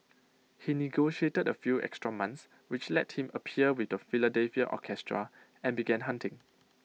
he negotiated A few extra months which let him appear with the Philadelphia orchestra and began hunting